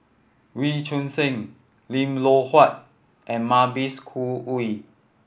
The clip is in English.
Wee Choon Seng Lim Loh Huat and Mavis Khoo Oei